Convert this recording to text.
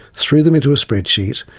threw them into a spreadsheet,